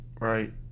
right